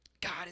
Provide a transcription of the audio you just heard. god